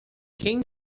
quem